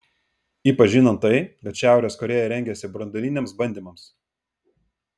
ypač žinant tai kad šiaurės korėja rengiasi branduoliniams bandymams